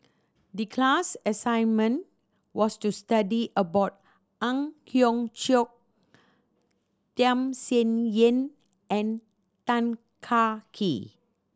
the class assignment was to study about Ang Hiong Chiok Tham Sien Yen and Tan Kah Kee